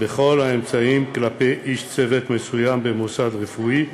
בכל האמצעים, כלפי איש צוות מסוים במוסד רפואי,